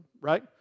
right